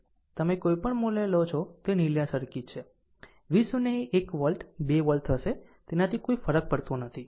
તમે કોઈ પણ મૂલ્ય લો છો તે લીનીયર સર્કિટ છે V0 એ 1 વોલ્ટ 2 વોલ્ટ થશે તેનાથી કોઈ ફરક પડતો નથી